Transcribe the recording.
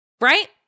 right